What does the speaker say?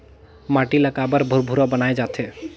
माटी ला काबर भुरभुरा बनाय जाथे?